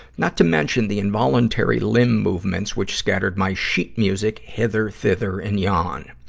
not to mention the involuntary limb movements, which scattered my sheet music hither, thither, and yon.